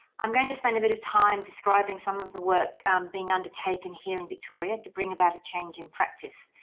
i'm going to spend a bit of time describing some of the work being undertaken here in victoria to bring about a change in practice.